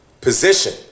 position